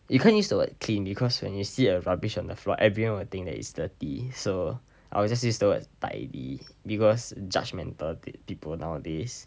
you can't use the word clean because when you see a rubbish on the floor everyone will think that it's dirty so I will just use the word tidy because judgmental people nowadays